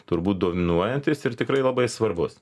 turbūt dominuojantis ir tikrai labai svarbus